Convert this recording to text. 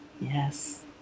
Yes